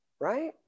Right